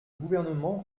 gouvernement